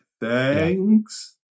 thanks